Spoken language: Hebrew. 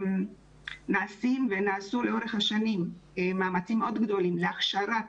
נעשים ונעשו לאורך השנים מאמצים מאוד גדולים להכשרת